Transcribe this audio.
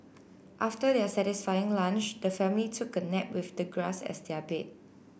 after their satisfying lunch the family took a nap with the grass as their bed